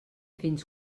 fins